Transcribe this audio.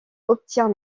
obtient